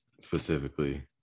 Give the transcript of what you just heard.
specifically